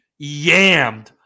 yammed